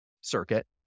circuit